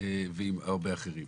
ועם הרבה אחרים.